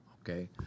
okay